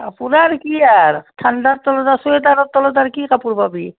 কাপোৰ আৰু কি আৰু ঠাণ্ডাত তোৰ আৰু ছুৱেটাৰৰ তলত আৰু কি কাপোৰ পাবি